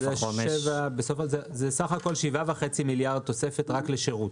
-- 7.5 מיליארד תוספת רק לשירות,